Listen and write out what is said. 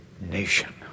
nation